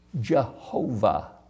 Jehovah